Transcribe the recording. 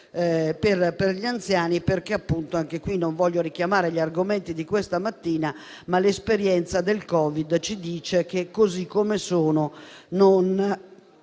per gli anziani, perché appunto - anche qui non voglio richiamare gli argomenti di questa mattina - l'esperienza del Covid ci dice che, così come sono, non